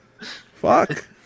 Fuck